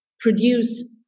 produce